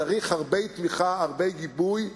צריך הרבה תמיכה, הרבה גיבוי,